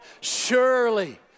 surely